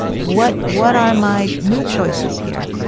what what are my new choices here?